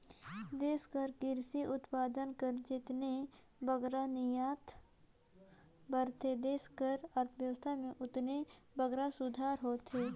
देस कर किरसी उत्पाद कर जेतने बगरा निरयात बढ़थे देस कर अर्थबेवस्था में ओतने बगरा सुधार होथे